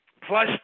Plus